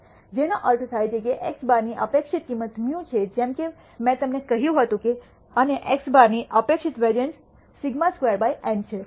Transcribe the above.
જેનો અર્થ થાય છે કે x̅ ની અપેક્ષિત કિંમત μ છે જેમ કે મેં તમને કહ્યું હતું અને x̅ ની અપેક્ષિત વેરિઅન્સ σ2 બાય N છે